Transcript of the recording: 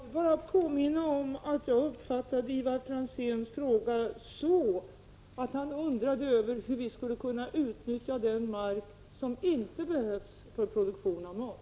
Fru talman! Jag vill bara påminna om att jag uppfattade Ivar Franzéns fråga så, att han undrade över hur vi skulle kunna utnyttja den mark som inte behövs för produktion av mat.